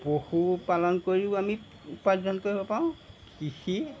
পশুপালন কৰিয়ো আমি উপাৰ্জন কৰিব পাৰোঁ কৃষি